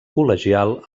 col·legial